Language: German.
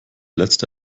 letzte